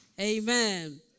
Amen